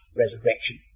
resurrection